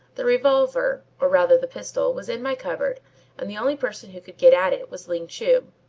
the revolver, or rather the pistol, was in my cupboard and the only person who could get at it was ling chu.